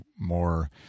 more